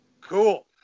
cool